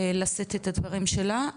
לשאת את הדברים שלה,